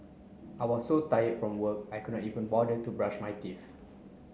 I was so tired from work I could not even bother to brush my teeth